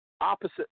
opposite